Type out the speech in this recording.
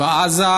בעזה